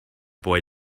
boy